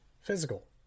physical